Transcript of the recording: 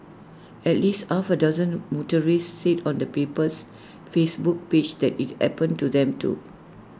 at least half A dozen motorists said on the paper's Facebook page that IT happened to them too